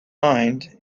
mind